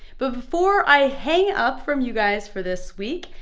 but before i hang up from you guys for this week,